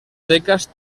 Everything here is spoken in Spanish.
secas